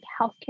healthcare